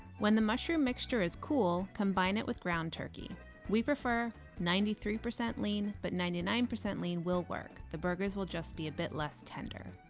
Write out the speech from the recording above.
when the mushroom mixture is cool, combine it with ground turkey we prefer ninety three percent lean, but ninety nine percent lean will work, the burgers will just be a bit less tender.